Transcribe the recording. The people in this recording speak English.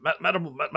madam